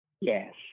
Yes